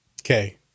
Okay